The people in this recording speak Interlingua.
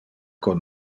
con